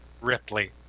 ripley